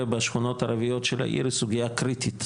בשכונות הערביות של העיר היא סוגיה קריטית.